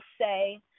say